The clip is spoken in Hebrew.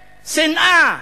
שנאה,